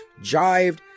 jived